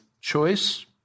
choice